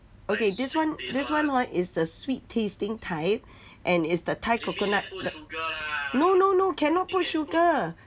okay this one this one why is the sweet tasting type and is the thai coconut th~ no no no cannot put sugar